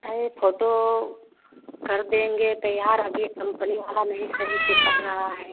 अरे फोटो कर देंगे तैयार अभी कम्पनी वाला नहीं सही से कर रहा है